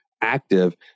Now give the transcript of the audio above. active